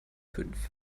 fünf